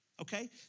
Okay